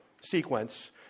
sequence